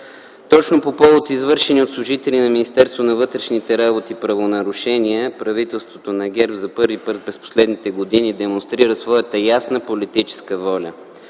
Точно по повод извършени от служители на Министерство на вътрешните работи правонарушения правителството на ГЕРБ за първи път през последните години демонстрира своята ясна политическа воля.